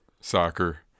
soccer